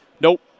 nope